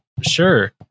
sure